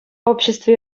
общество